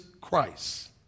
Christ